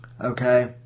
okay